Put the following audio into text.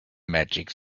magic